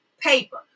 paper